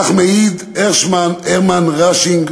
כך מעיד הרמן ראושנינג,